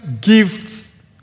gifts